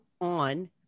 on